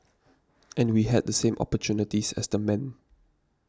and we had the same opportunities as the men